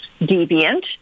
deviant